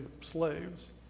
slaves